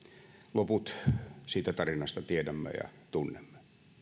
loput siitä tarinasta tiedämme ja tunnemme